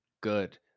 good